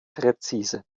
präzise